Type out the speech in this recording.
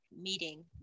meeting